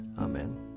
Amen